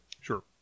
Sure